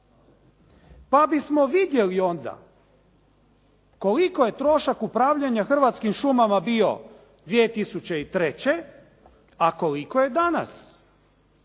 Pa bismo vidjeli onda koliko je trošak upravljanja Hrvatskim šumama bio 2003. a koliko je danas.